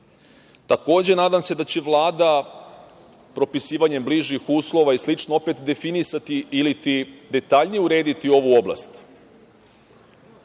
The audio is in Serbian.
mera. Takođe, nadam se da će Vlada propisivanjem bližih uslova i slično opet definisati iliti detaljnije urediti ovu oblast.